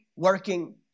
working